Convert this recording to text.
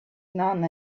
none